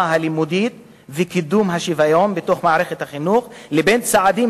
הלימודית וקידום השוויון בתוך מערכת החינוך לבין צעדים